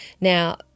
Now